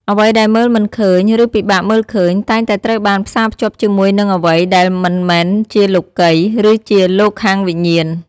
អ្វីដែលមើលមិនឃើញ ឬពិបាកមើលឃើញ តែងតែត្រូវបានផ្សារភ្ជាប់ជាមួយនឹងអ្វីដែលមិនមែនជាលោកិយ ឬជាលោកខាងវិញ្ញាណ ។